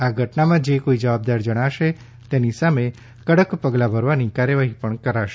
આ ઘટનામાં જે કોઈ જવાબદાર જણાશે તેની સામે કડક પગલાં ભરવાની કાર્યવાહી પણ કરાશે